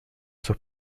sus